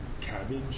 cabbage